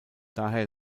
daher